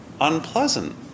Unpleasant